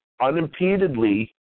unimpededly